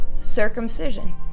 circumcision